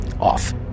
off